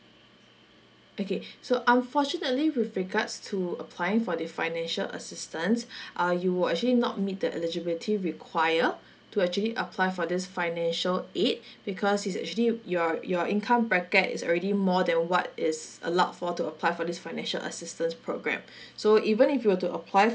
okay so unfortunately with regards to applying for the financial assistance uh you were actually not meet the eligibility require to actually apply for this financial aid because is actually your your income bracket is already more than what is allowed for to apply for this financial assistance programme so even if you were to apply